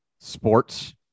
sports